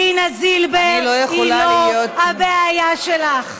אני לא יכולה להיות, דינה זילבר היא לא הבעיה שלך.